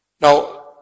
Now